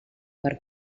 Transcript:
per